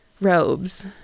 robes